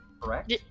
Correct